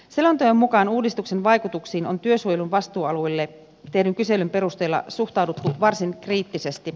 selonteon mukaan uudistuksen vaikutuksiin on työsuojelun vastuualueille tehdyn kyselyn perusteella suhtauduttu varsin kriittisesti